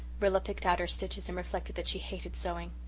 rilla picked out her stitches and reflected that she hated sewing.